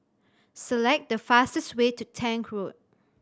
select the fastest way to Tank Road